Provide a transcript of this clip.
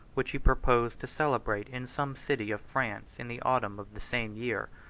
which he proposed to celebrate in some city of france in the autumn of the same year.